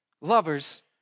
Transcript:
Lovers